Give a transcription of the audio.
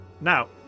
Now